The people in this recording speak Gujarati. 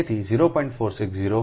તેથી 0